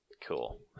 cool